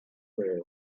seize